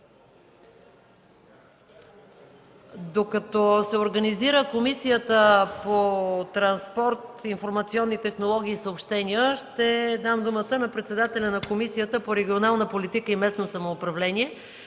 представителите на Комисията по транспорт, информационни технологии и съобщения, ще дам думата на председателя на Комисията по регионална политика и местно самоуправление